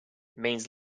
means